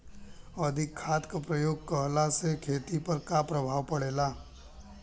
अधिक खाद क प्रयोग कहला से खेती पर का प्रभाव पड़ेला?